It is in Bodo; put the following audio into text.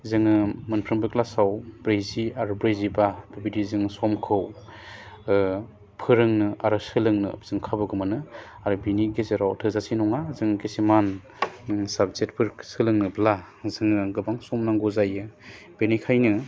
जोङो मोनफ्रोमबो क्लासाव ब्रैजि आरो ब्रैजिबा बेबायदि जों समखौ फोरोंनो आरो सोलोंनो जों खाबुखौ मोनो आरो बिनि गेजेराव थोजासे नङा जों खिसुमान साबजेक्टफोर सोलोंनोब्ला जोंनो गोबां सम नांगौ जायो बेनिखायनो